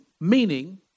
Meaning